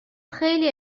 خیلی